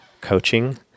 coaching